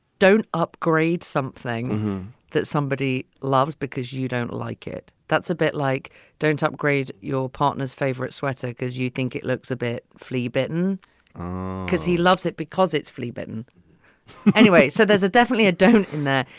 don't upgrade something that somebody loves because you don't like it. that's a bit like don't upgrade your partner's favorite sweater because you think it looks a bit flea bitten because he loves it, because it's flea bitten anyway. so there's a definitely a dog in there.